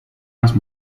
las